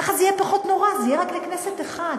ככה זה יהיה פחות נורא, זה יהיה רק לכנסת אחת.